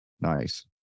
Nice